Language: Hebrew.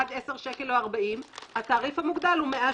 עד 10 שקלים או 40 התעריף המוגדל הוא 100 שקלים.